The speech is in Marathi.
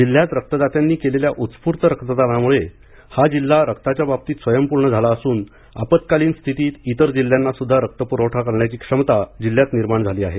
जिल्ह्यात रक्तदात्यांनी केलेल्या उत्स्फूर्त रक्तदानामुळे हा जिल्हा रक्ताच्या बाबतीत स्वयंपूर्ण झाला असून आपत्कालीन स्थितीत इतर जिल्ह्यांनासुद्धा पुरवठा करण्याची क्षमता जिल्ह्यात निर्माण झाली आहेत